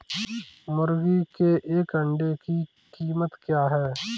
मुर्गी के एक अंडे की कीमत क्या है?